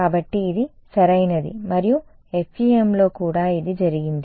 కాబట్టి ఇది సరైనది మరియు FEMలో కూడా ఇది జరిగింది